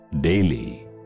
daily